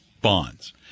bonds